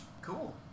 Cool